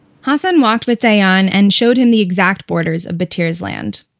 hassan walked with dayan, and showed him the exact borders of battir's land.